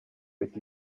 with